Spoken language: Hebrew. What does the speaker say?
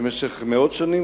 במשך מאות שנים,